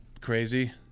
crazy